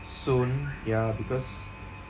soon ya because